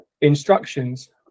instructions